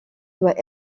doit